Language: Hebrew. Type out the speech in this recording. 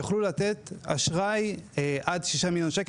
יוכלו לתת אשראי עד 6 מיליון ₪,